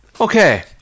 Okay